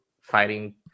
Fighting